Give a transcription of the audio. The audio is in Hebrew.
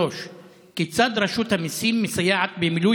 3. כיצד רשות המיסים מסייעת במילוי